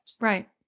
Right